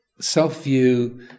self-view